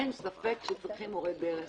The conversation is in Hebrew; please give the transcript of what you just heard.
אין ספק שצריכים מורי דרך